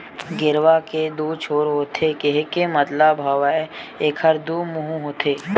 गेरवा के दू छोर होथे केहे के मतलब हवय एखर दू मुहूँ होथे